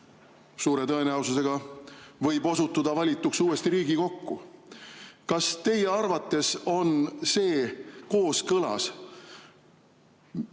suure tõenäosusega võib uuesti osutuda valituks Riigikokku. Kas teie arvates on see kooskõlas